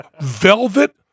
velvet